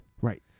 right